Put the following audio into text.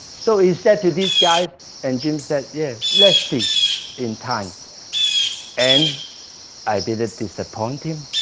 so he said to these guys and jim said yeah let's see in time and i didn't disappoint him